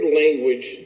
language